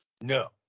No